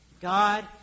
God